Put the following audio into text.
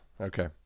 Okay